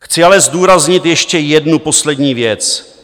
Chci ale zdůraznit ještě jednu poslední věc.